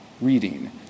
reading